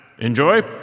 enjoy